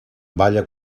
balla